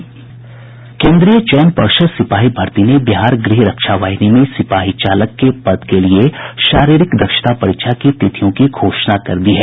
केन्द्रीय चयन पर्षद सिपाही भर्ती ने बिहार गृह रक्षा वाहिनी में सिपाही चालक के पद के लिए शारीरिक दक्षता परीक्षा की तिथियों की घोषणा कर दी है